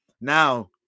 Now